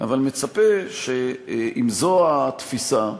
אבל מצפה שאם זו התפיסה,